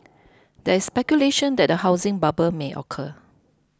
there is speculation that a housing bubble may occur